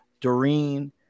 Doreen